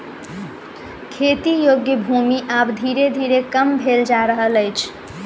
खेती योग्य भूमि आब धीरे धीरे कम भेल जा रहल अछि